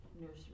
nursery